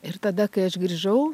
ir tada kai aš grįžau